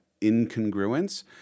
incongruence